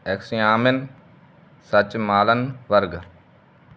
X ਯਾਮਿਨ ਸੱਚ ਮਾਲਨ ਵਰਗ